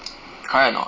correct or not